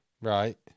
Right